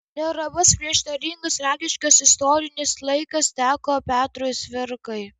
neramus prieštaringas tragiškas istorinis laikas teko petrui cvirkai